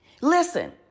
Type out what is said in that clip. Listen